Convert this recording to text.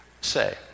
say